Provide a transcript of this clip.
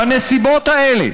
בנסיבות האלה,